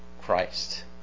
Christ